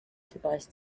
device